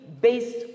based